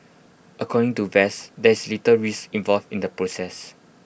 according to vets there is little risk involved in the process